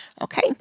Okay